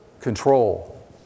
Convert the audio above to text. Control